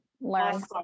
learn